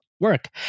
work